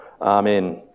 Amen